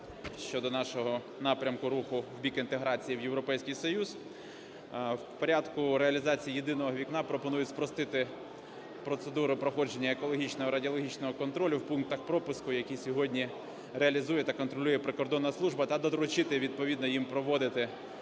щодо нашого напрямку руху в бік інтеграції в Європейський Союз, в порядку реалізації "єдиного вікна" пропонує спростити процедуру проходження екологічного, радіологічного контролю в пунктах пропуску, які сьогодні реалізує та контролює прикордонна служба, та доручити відповідно